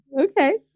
Okay